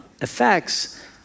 effects